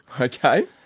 okay